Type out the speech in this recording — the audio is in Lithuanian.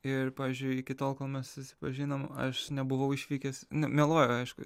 ir pavyzdžiui iki tol kol mes susipažinom aš nebuvau išvykęs ne meluoju aišku